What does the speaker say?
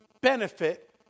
benefit